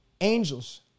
angels